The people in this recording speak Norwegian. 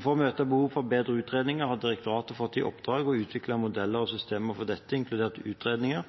For å møte behovet for bedre utredninger har direktoratene fått i oppdrag å utvikle modeller og systemer for dette, inkludert utredninger